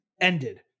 ended